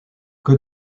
que